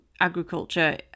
Agriculture